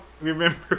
remember